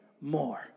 more